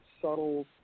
subtle